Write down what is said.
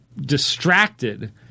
distracted